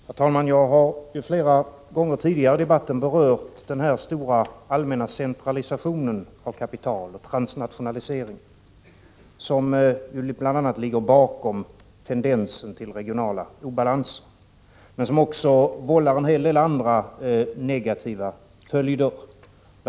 Herr talman! Jag har flera gånger tidigare i debatten berört den stora allmänna centralisationen och transnationaliseringen av kapital, som ju bl.a. ligger bakom tendensen till regionala obalanser och som också har en hel del andra negativa följder.